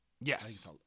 Yes